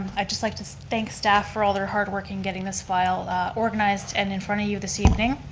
i'd just like to thank staff for all their hard work in getting this file organized and in front of you this evening.